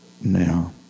now